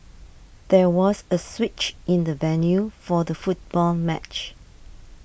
there was a switch in the venue for the football match